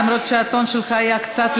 למרות שהטון שלך היה קצת,